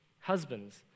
husbands